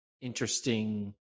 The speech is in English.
interesting